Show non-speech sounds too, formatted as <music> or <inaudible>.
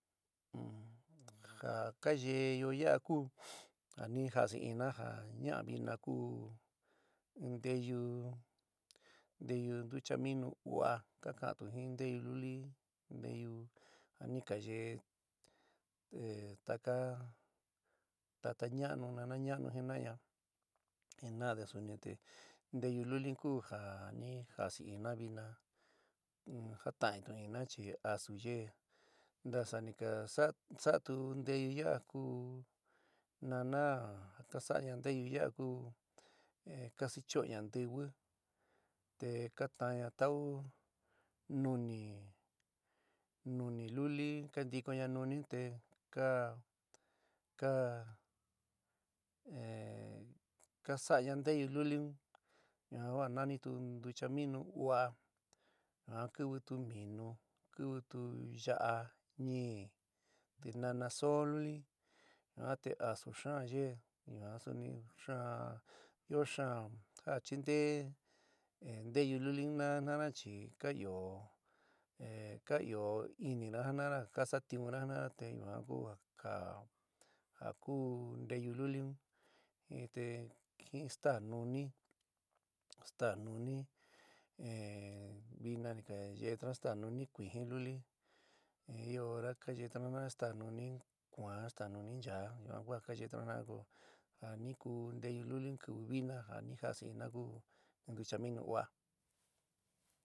<hesitation> ja ka yeýo yaá ku ja ni jasɨɨna ja ña'a vina ku in nteyu nteyu ntuchaminu u'a ka ka'antu jin nteyu luli nteyu ja ni ka yeé taka tata ñanu nana ñaanu jinaaña jina'ade suni te nteyu luli un ku ja ja ni jasɨɨna vína jatai'ntu- inna chi asú yeé ntasa ni ka sa'atu nteyu yaá ku nana ja ka sa'aña nteyu ya'a ku ka schoóña ntiwi te ka taanña tau nuni, nuni luli ka ntikoña nuni un te ka ka <hesitation> ka sa'aña nteyu luli un yuan ku a nánitu ntuchaminu u'a yuan kiwitu minu kiwitu yaá, nií, tinana soó luli yuan te asu xaán yeé yuan suni xaán ɨó xaán ja chinteé nteyu luli un jina'ana chi ka ɨó ka ió inina jina'ana ja ka satiúnna jina'ana te yuan ku ja ja ku nteyú luli un te jin staá nuni stá nuni <hesitation> vina ni ka yeétuna stá nuni kuijin luli ɨo hora ka yétuna sta nuni ku'an, stá nuni nchaá yuan ku a ka yetuna jina'ána ko ja ni ku nteyu luli un kɨvɨ vina ja ni jasɨɨnina ku ntuchaminu u'a.